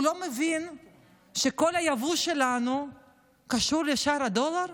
הוא לא מבין שכל היבוא שלנו קשור לשער הדולר?